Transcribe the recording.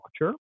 watcher